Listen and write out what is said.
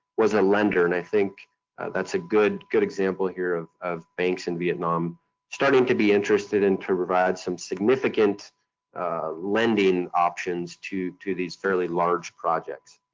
was a lender. and i think that's a good good example here of of banks in vietnam starting to be interested and to provide some significant lending options to to these fairly large projects.